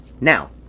Now